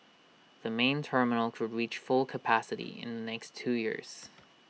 the main terminal could reach full capacity in the next two years